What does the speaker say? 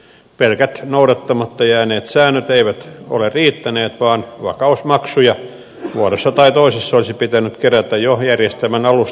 pelkät noudattamatta jääneet säännöt eivät ole riittäneet vaan vakausmaksuja muodossa tai toisessa olisi pitänyt kerätä jo järjestelmän alusta asti